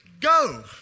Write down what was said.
go